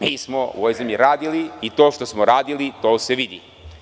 Mi smo u ovoj zemlji radili i to što smo uradili to se vidi.